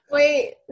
wait